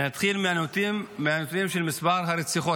אני אתחיל מהנתונים של מספר הרציחות,